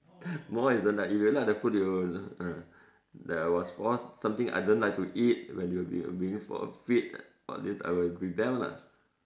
more isn't like if you like the food you will uh that I was forced something I don't like to eat when we were being being feed all this I would rebel lah